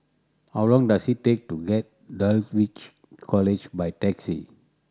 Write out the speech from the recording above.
how long does it take to get Dulwich College by taxi